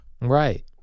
Right